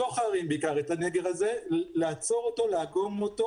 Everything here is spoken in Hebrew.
בתוך הערים לאצור את הנגר הזה ולאגום אותו.